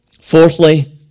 Fourthly